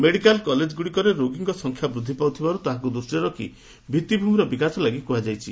medical college ଗୁଡିକରେ ରୋଗୀ ସଂଖ୍ୟା ବୃଦ୍ଧି ପାଉଥିବାର୍ ତାହାକୁ ଦୃଷିରେ ରଖି ଭିଭିମିର ବିକାଶ ଲାଗି କୁହାଯାଇଛି